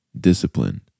discipline